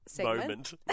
moment